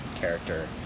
character